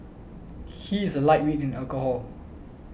he is a lightweight in alcohol